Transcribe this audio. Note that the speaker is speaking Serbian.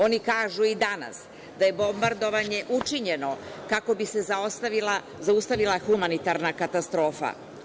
Oni kažu i danas da je bombardovanje učinjeno kako bi se zaustavila humanitarna katastrofa.